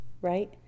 right